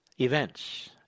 events